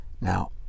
now